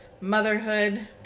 motherhood